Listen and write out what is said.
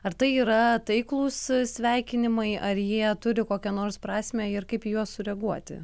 ar tai yra taiklūs sveikinimai ar jie turi kokią nors prasmę ir kaip į juos sureaguoti